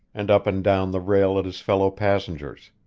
and up and down the rail at his fellow passengers.